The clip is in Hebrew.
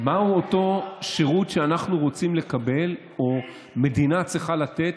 מהו אותו שירות שאנחנו רוצים לקבל או שמדינה צריכה לתת,